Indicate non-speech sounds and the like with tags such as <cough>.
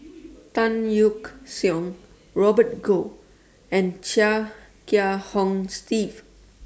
<noise> Tan Yeok Seong Robert Goh and Chia Kiah Hong Steve